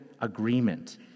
agreement